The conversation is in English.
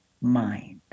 mind